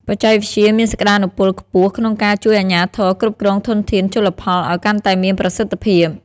បច្ចេកវិទ្យាមានសក្តានុពលខ្ពស់ក្នុងការជួយអាជ្ញាធរគ្រប់គ្រងធនធានជលផលឲ្យកាន់តែមានប្រសិទ្ធភាព។